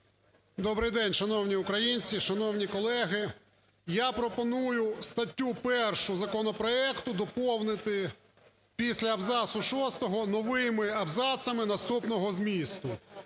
Добрий день, шановні українці, шановні колеги! Я пропоную статтю 1-у законопроекту доповнити після абзацу шостого новими абзацами наступного змісту: